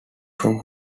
from